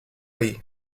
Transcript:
ahí